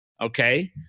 Okay